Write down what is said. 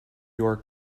your